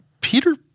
Peter